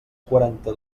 quaranta